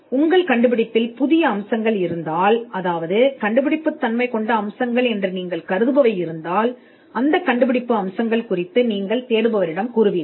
உங்கள் கண்டுபிடிப்பின் புதிய அம்சங்கள் இருந்தால் நீங்கள் கண்டுபிடிப்பு என்று கருதும் அம்சங்கள் இருந்தால் இவை கண்டுபிடிப்பு அம்சங்கள் என்று தேடுபவரிடம் கூறுவீர்கள்